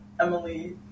Emily